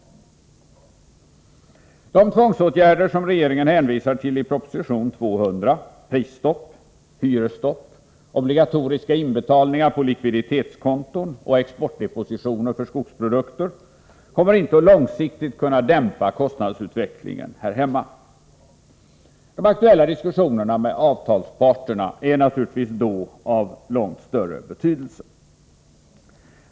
De tvångsåtgärder som regeringen hänvisar till i proposition 200 — prisstopp, hyresstopp, obligatoriska inbetalningar på likviditetskonton och exportdepositioner för skogsprodukter — kommer inte att långsiktigt kunna dämpa kostnadsutvecklingen här hemma. De aktuella diskussionerna med avtalsparterna är naturligtvis då av långt större betydelse.